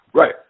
Right